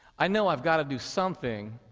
i know i've got to do something,